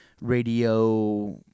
radio